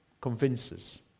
convinces